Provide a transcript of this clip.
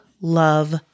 love